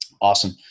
Awesome